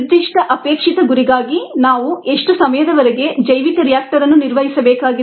ನಿರ್ದಿಷ್ಟ ಅಪೇಕ್ಷಿತ ಗುರಿಗಾಗಿ ನಾವು ಎಷ್ಟು ಸಮಯದವರೆಗೆ ಜೈವಿಕ ರಿಯಾಕ್ಟರ್ ಅನ್ನು ನಿರ್ವಹಿಸಬೇಕಾಗಿದೆ